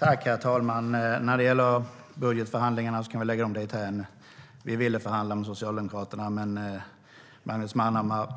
Herr talman! Budgetförhandlingarna kan vi lämna därhän. Vi ville förhandla med Socialdemokraterna, men Magnus Manhammars